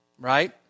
right